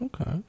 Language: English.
okay